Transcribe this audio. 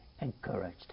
encouraged